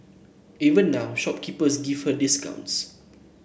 even now shopkeepers give her discounts